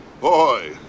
Boy